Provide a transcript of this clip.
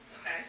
Okay